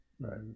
Right